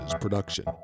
production